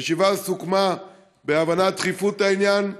הישיבה הזאת התקיימה מהבנת דחיפות העניין,